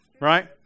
right